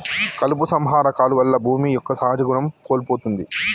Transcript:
కలుపు సంహార కాలువల్ల భూమి యొక్క సహజ గుణం కోల్పోతుంది